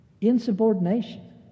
Insubordination